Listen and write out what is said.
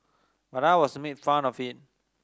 but I was made fun of it